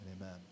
amen